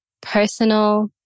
personal